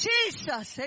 Jesus